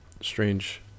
Strange